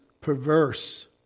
perverse